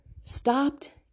stopped